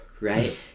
Right